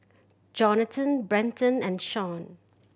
Johnathan Brenton and Shaun